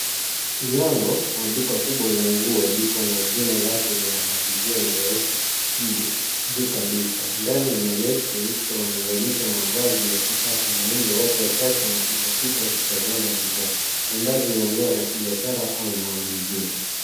Mlango wa duka kubwa la nguo lipo na jina lake linamalizia na herufi ki juu kabisa. Ndani, mannequins wamevalishwa mavazi ya kisasa na nje watu wachache wanapita pita wakitazama bidhaa. Mandhari ni ya eneo la kibiashara au all mjini.